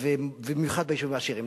ובמיוחד ביישובים העשירים.